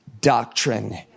doctrine